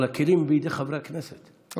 אבל הכלים הם בידי חברי הכנסת,